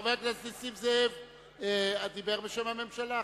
חבר הכנסת נסים זאב דיבר בשם הממשלה.